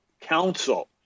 counsel